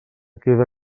queda